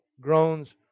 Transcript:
groans